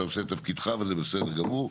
אתה עושה את תפקידך וזה בסדר גמור.